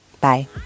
bye